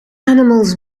animals